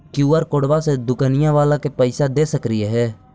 QR कोडबा से दुकनिया बाला के पैसा दे सक्रिय?